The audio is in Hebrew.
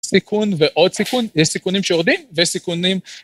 סיכון ועוד סיכון, יש סיכונים שיורדים ויש סיכונים...